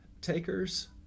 takers